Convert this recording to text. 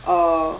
err